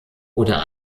oder